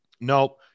No